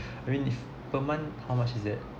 I mean if per month how much is it